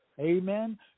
amen